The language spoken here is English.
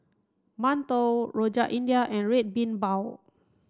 Mantou Rojak India and Red Bean Bao